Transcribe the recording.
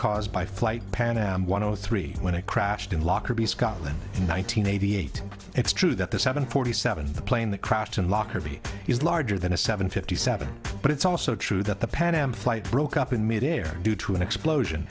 caused by flight pan am one hundred three when it crashed in lockerbie scotland in one nine hundred eighty eight it's true that the seven forty seven the plane that crashed in lockerbie is larger than a seven fifty seven but it's also true that the pan am flight broke up in midair due to an explosion